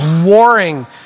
warring